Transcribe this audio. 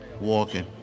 walking